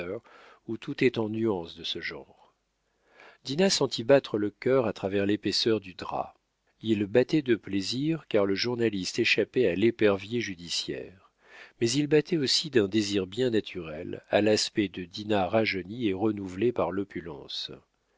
où tout est en nuances de ce genre dinah sentit battre le cœur à travers l'épaisseur du drap il battait de plaisir car le journaliste échappait à l'épervier judiciaire mais il battait aussi d'un désir bien naturel à l'aspect de dinah rajeunie et renouvelée par l'opulence